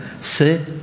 c'est